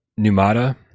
Numata